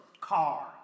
car